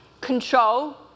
control